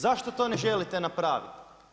Zašto to ne želite napraviti?